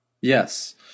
yes